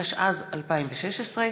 התשע"ז 2016,